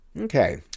Okay